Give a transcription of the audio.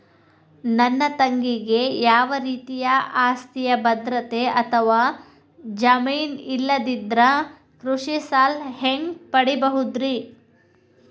ನನ್ನ ತಂಗಿಗೆ ಯಾವ ರೇತಿಯ ಆಸ್ತಿಯ ಭದ್ರತೆ ಅಥವಾ ಜಾಮೇನ್ ಇಲ್ಲದಿದ್ದರ ಕೃಷಿ ಸಾಲಾ ಹ್ಯಾಂಗ್ ಪಡಿಬಹುದ್ರಿ?